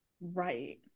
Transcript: right